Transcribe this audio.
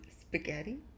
Spaghetti